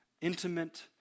intimate